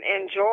enjoy